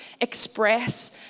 express